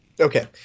Okay